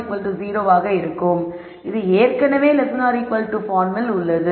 இது ஏற்கனவே பார்மில் உள்ளது